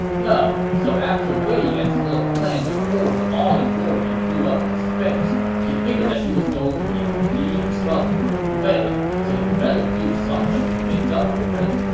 well, so after wei yan's little plan to hoard all the glory blew up in his face, he figured that he was going to be in deep trouble with liu bei, so he better do something to make up for it.